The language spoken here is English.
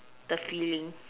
the feeling